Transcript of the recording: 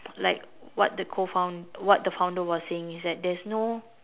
like what the co found~ what the founder was saying is that there's no